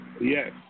Yes